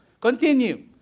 Continue